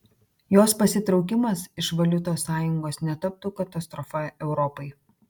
jos pasitraukimas iš valiutos sąjungos netaptų katastrofa europai